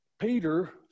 Peter